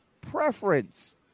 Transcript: Preference